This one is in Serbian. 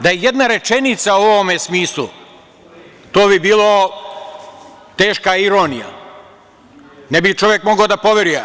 Da je i jedna rečenica u ovome smislu, to bi bila teška ironija, ne bi čovek mogao da poveruje.